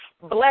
Bless